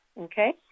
Okay